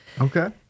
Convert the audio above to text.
Okay